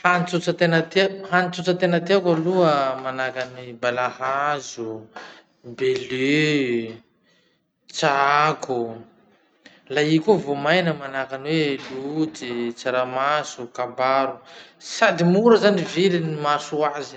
Hany tsotra tena tiak- hany tsotra tena tiako aloha manahaky any balahazo, bele, tsako. La i koa voamaina manahaky any hoe lojy, tsaramaso, kabaro. Sady mora zany viliny no mahasoa azy iny.